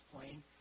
plane